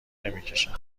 نمیکشند